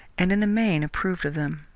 and in the main approved of them.